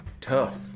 tough